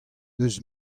eus